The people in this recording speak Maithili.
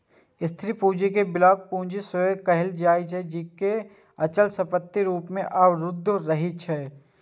स्थिर पूंजी कें ब्लॉक पूंजी सेहो कहल जाइ छै, कियैकि ई अचल संपत्ति रूप मे अवरुद्ध रहै छै